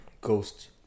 Ghosts